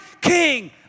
king